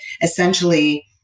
essentially